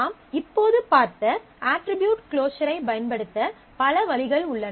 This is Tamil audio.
நாம் இப்போது பார்த்த அட்ரிபியூட் க்ளோஸர் ஐப் பயன்படுத்த பல வழிகள் உள்ளன